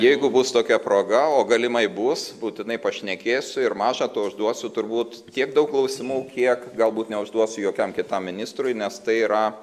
jeigu bus tokia proga o galimai bus būtinai pašnekėsiu ir maža to užduosiu turbūt tiek daug klausimų kiek galbūt neužduosiu jokiam kitam ministrui nes tai yra